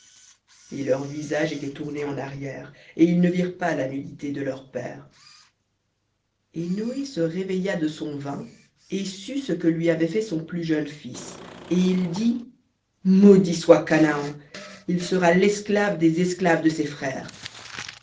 et leur visage était en arrière et ils ne virent pas la nudité de leur père et noé se réveilla de son vin et sut ce que lui avait fait son plus jeune fils et il dit maudit soit canaan il sera l'esclave des esclaves de ses frères